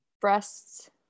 breasts